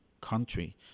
country